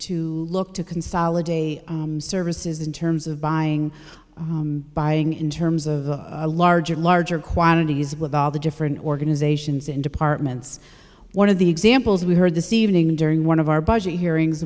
to look to consolidate services in terms of buying buying in terms of a larger larger quantities with all the different organizations in departments one of the examples we heard this evening during one of our budget hearings